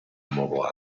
nuovo